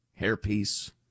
hairpiece